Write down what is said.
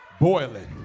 Boiling